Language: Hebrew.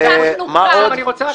מה עוד?